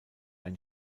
ein